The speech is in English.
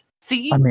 see